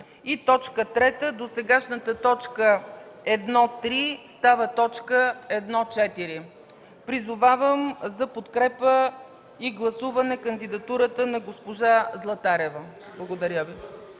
комисия. 3. Досегашната т. 1.3 става т. 1.4”. Призовавам за подкрепа и гласуване кандидатурата на госпожа Златарева. Благодаря Ви.